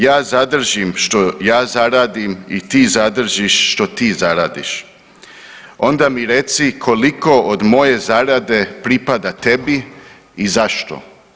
Ja zadržim što ja zaradim i ti zadržiš što ti zaradiš, onda mi reci koliko od moje zarade pripada tebi i zašto?